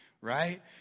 right